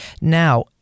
Now